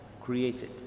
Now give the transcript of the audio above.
created